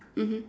mmhmm